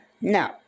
No